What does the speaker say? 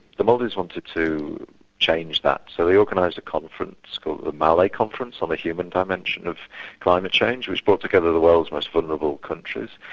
the maldives wanted to change that, so they organised a conference called the mali conference, on the human dimension of climate change, which brought together the world's most vulnerable countries,